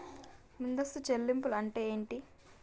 ముందస్తు చెల్లింపులు అంటే ఏమిటి?